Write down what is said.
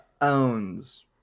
owns